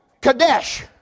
Kadesh